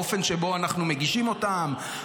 האופן שבו אנחנו מגישים אותן,